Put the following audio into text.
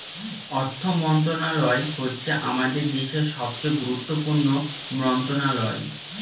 অর্থ মন্ত্রণালয় হচ্ছে আমাদের দেশের সবচেয়ে গুরুত্বপূর্ণ মন্ত্রণালয়